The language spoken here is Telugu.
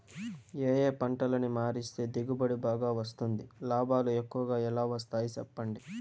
ఏ ఏ పంటలని మారిస్తే దిగుబడి బాగా వస్తుంది, లాభాలు ఎక్కువగా ఎలా వస్తాయి సెప్పండి